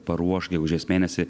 paruoš gegužės mėnesį